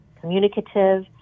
communicative